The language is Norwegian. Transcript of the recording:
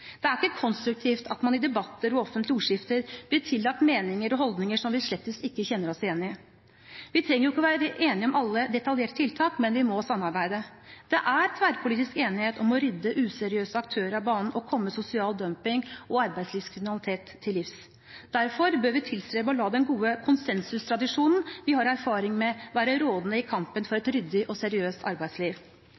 Det er ikke konstruktivt at man i debatter og offentlige ordskifter blir tillagt meninger og holdninger som man slettes ikke kjenner seg igjen i. Vi trenger jo ikke være enige om alle detaljerte tiltak, men vi må samarbeide. Det er tverrpolitisk enighet om å rydde useriøse aktører av banen og komme sosial dumping og arbeidslivskriminalitet til livs. Derfor bør vi tilstrebe å la den gode konsensustradisjonen vi har erfaringer med, være rådende i kampen for et